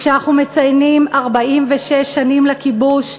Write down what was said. כשאנחנו מציינים 46 שנים לכיבוש,